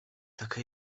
taka